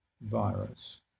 virus